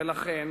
ולכן